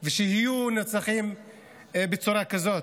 ושיהיו נרצחים בצורה כזאת?